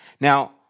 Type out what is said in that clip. Now